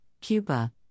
Cuba